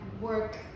work